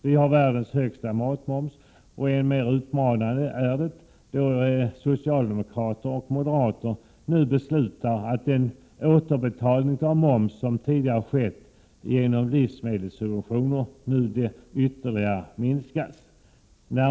Vi har världens högsta matmoms, och än mer utmanande är det då socialdemokrater och moderater beslutar att den återbetalning av moms som tidigare skett genom livsmedelssubventioner nu ytterligare minskas.